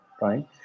right